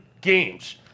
games